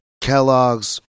Kellogg's